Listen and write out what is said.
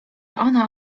ona